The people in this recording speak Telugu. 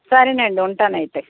సరేనండి ఉంటాను అయితే